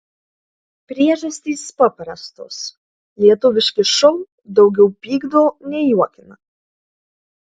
priežastys paprastos lietuviški šou daugiau pykdo nei juokina